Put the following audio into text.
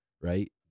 right